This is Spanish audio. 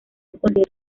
conciertos